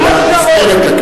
אלא נבחרת לכנסת.